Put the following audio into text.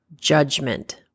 judgment